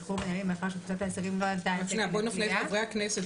שנייה, בואי נפנה את חברי הכנסת.